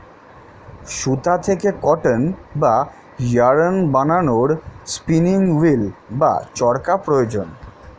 সুতা থেকে কটন বা ইয়ারন্ বানানোর স্পিনিং উঈল্ বা চরকা প্রয়োজন